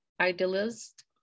idealist